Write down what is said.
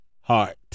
heart